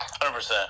100%